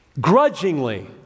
grudgingly